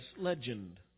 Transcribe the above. legend